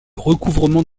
recouvrement